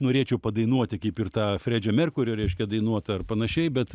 norėčiau padainuoti kaip ir tą fredžio merkurio reiškia dainuot ar panašiai bet